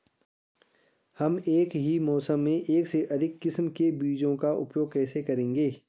हम एक ही मौसम में एक से अधिक किस्म के बीजों का उपयोग कैसे करेंगे?